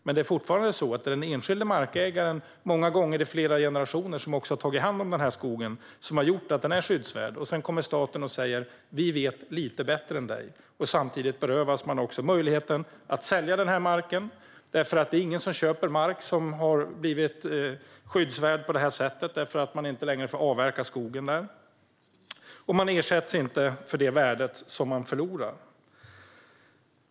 Men det är fortfarande den enskilde markägaren som, många gånger i flera generationer, har tagit hand om skogen på ett sätt som har gjort att den är skyddsvärd. Sedan kommer då staten och säger: Vi vet lite bättre än du. Samtidigt berövas man också möjligheten att sälja den här marken, för det är ingen som köper mark som har blivit skyddsvärd och där skogen inte länge får avverkas. Man ersätts inte för det värde som man förlorar.